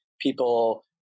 people